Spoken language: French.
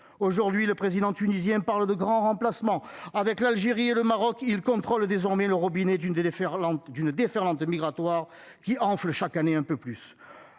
Aujourd'hui, le président tunisien parle de grand remplacement avec l'Algérie et le Maroc ils contrôlent désormais le robinet d'une déferlante d'une déferlante migratoire qui enfle chaque année un peu plus